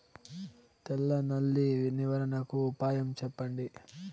తెల్ల నల్లి నివారణకు ఉపాయం చెప్పండి?